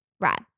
Right